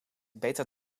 beter